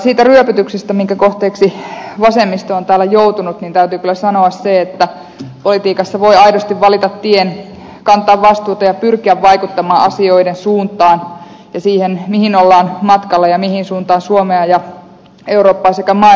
siitä ryöpytyksestä minkä kohteeksi vasemmisto on täällä joutunut täytyy kyllä sanoa se että politiikassa voi aidosti valita tien kantaa vastuuta ja pyrkiä vaikuttamaan asioiden suuntaan ja siihen mihin ollaan matkalla ja mihin suuntaan suomea ja eurooppaa sekä maailmaa viedään